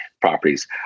properties